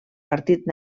partit